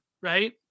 right